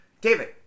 David